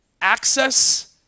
access